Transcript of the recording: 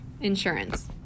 Insurance